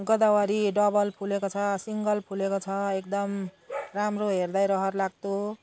Godavari double फुलेको छ single फुलेको छ एकदम राम्रो हेर्दै रहरलाग्दो